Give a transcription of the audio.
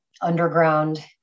underground